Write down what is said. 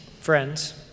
friends